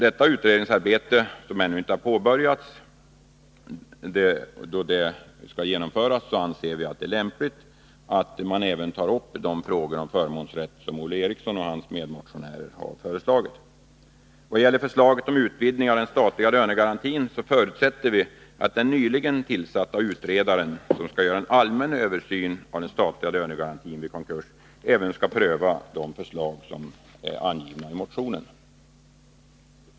Detta utredningsarbete har ännu inte påbörjats, och vi anser att det är lämpligt att den kommande utredningen även tar upp de frågor om förmånsrätt som Olle Eriksson och hans medmotionärer har föreslagit. Vad gäller förslaget om utvidgning av den statliga lönegarantin förutsätter vi att den nyligen tillsatte utredaren, som skall göra en allmän översyn av den statliga lönegarantin vid konkurs, även skall pröva de förslag som framförs i motionen.